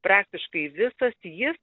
praktiškai visas jis